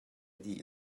dih